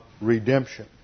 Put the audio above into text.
redemption